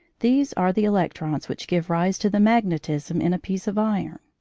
these are the electrons which give rise to the magnetism in a piece of iron.